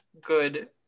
good